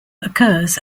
occurs